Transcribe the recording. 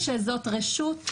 כשזאת רשות,